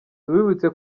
tubibutse